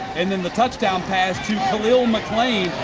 and and the touchdown pass to khalil mcclain.